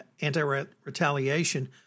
anti-retaliation